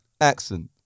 accent